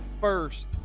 first